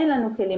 אין לנו כלים,